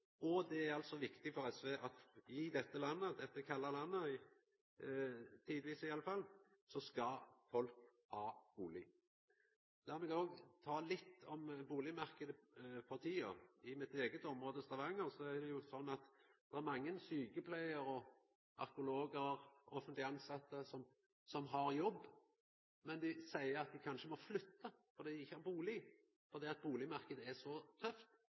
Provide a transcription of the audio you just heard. i dette kalde landet – tidvis i alle fall – skal folk ha bustad. Lat meg òg ta med litt om bustadmarknaden for tida. I mitt eige område, Stavanger, er det slik at mange sjukepleiarar og arkeologar og andre offentleg tilsette som har jobb, seier at dei kanskje må flytta fordi dei ikkje har bustad og bustadmarknaden er så tøff at